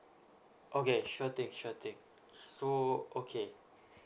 okay sure thing sure thing so okay